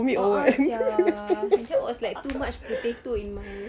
a'ah sia that was like too much potato in my